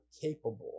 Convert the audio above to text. capable